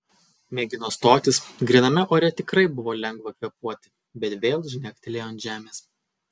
mėgino stotis gryname ore tikrai buvo lengva kvėpuoti bet vėl žnektelėjo ant žemės